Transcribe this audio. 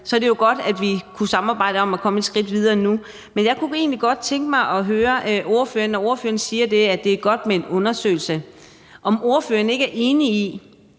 Så det er jo godt, at vi kunne samarbejde om at komme et skridt videre nu. Men jeg kunne egentlig godt tænke mig at høre ordføreren om noget, når ordføreren siger, at det er godt med en undersøgelse. Er ordføreren ikke enig i,